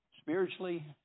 spiritually